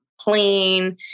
clean